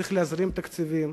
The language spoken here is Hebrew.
צריך להזרים תקציבים.